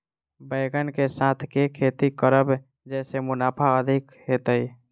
बैंगन कऽ साथ केँ खेती करब जयसँ मुनाफा अधिक हेतइ?